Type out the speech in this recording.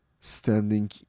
standing